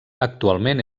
actualment